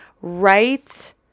right